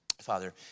Father